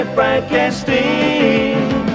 Frankenstein